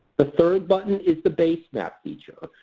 the third button is the base map feature.